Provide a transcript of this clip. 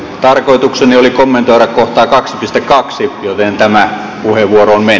tarkoitukseni oli kommentoi että kaksi piste kaksi joten tämä oli huonoa me